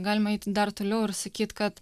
galima eiti dar toliau ir sakyt kad